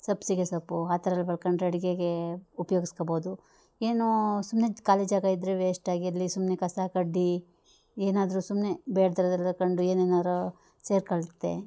ಸಬ್ಸಿಗೆ ಸೊಪ್ಪು ಆ ಥರ ಎಲ್ಲ ಬೆಳ್ಕೊಂಡ್ರೆ ಅಡುಗೆಗೆ ಉಪ್ಯೋಗಿಸಬೋದು ಏನೂ ಸುಮ್ಮನೆ ಖಾಲಿ ಜಾಗ ಇದ್ರೆ ವೇಸ್ಟಾಗಿ ಅಲ್ಲಿ ಸುಮ್ಮನೆ ಕಸ ಕಡ್ಡಿ ಏನಾದರು ಸುಮ್ಮನೆ ಬೇಡದೆ ಇರೋದೆಲ್ಲ ಕಂಡು ಏನೇನಾರ ಸೇರ್ಕೊಳ್ತೆ